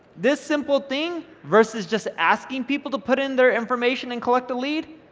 this simple thing versus just asking people to put in their information and collect the lead,